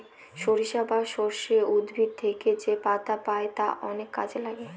সরিষা বা সর্ষে উদ্ভিদ থেকে যেপাতা পাই তা অনেক কাজে লাগে